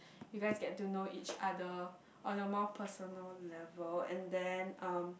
you guys get to know each other on a more personal level and then um